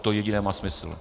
To jediné má smysl.